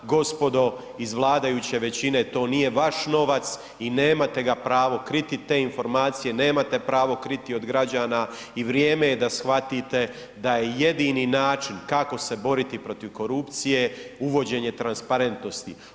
Gospodo iz vladajuće većine, to nije vaš novac i nemate ga pravo kriti, te informacije nemate pravo kriti od građana i vrijeme je da shvatite da je jedini način kako se boriti protiv korupcije, uvođenje transparentnosti.